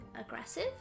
aggressive